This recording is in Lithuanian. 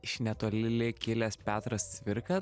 iš netoli kilęs petras cvirka